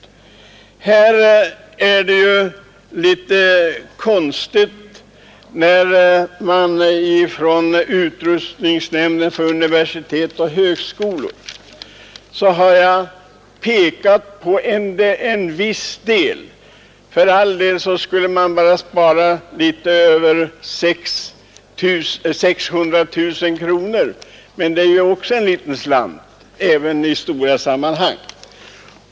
Nu har jag i en motion visat på ett sätt att spara pengar i utrustningsnämnden för universitet och högskolor. Det gäller för all del bara litet över 600 000 kronor, men det är ju ändå en bra slant också i stora sammanhang.